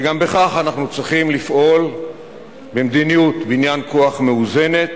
וגם בכך אנחנו צריכים לפעול במדיניות בניין כוח מאוזנת,